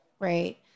right